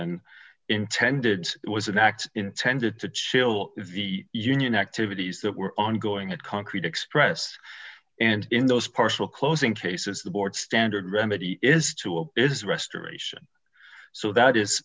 darlington intended it was an act intended to chill the union activities that were ongoing and concrete expressed and in those partial closing cases the board standard remedy is to it is restoration so that is